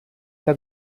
que